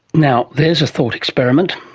now, there's a thought experiment.